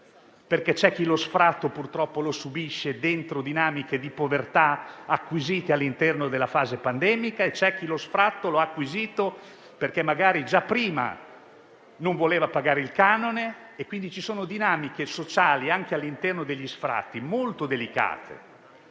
infatti, chi lo sfratto lo subisce dentro dinamiche di povertà acquisite all'interno della fase pandemica e c'è chi lo sfratto lo ha acquisito perché già prima non voleva pagare il canone e, quindi, ci sono dinamiche sociali molto delicate anche all'interno degli sfratti. Abbiamo cercato